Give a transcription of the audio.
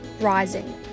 rising